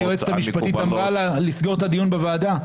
שהיועצת המשפטית אמרה לה לסגור את הדיון בוועדה?